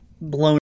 blown